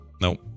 Nope